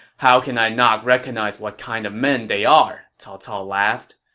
how can i not recognize what kind of men they are? cao cao laughed.